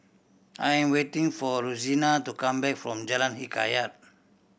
I am waiting for Rosena to come back from Jalan Hikayat